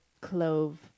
Clove